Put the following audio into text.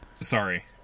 Sorry